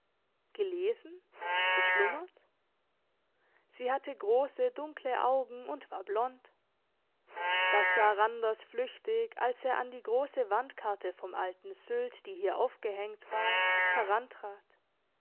gelesen geschlummert sie hatte grosse dunkle augen und war blond das sah randers flüchtig als er an die grosse wandkarte vom alten sylt die hier aufgehängt war herantrat